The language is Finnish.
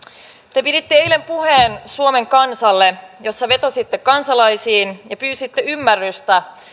te piditte eilen suomen kansalle puheen jossa vetositte kansalaisiin ja pyysitte ymmärrystä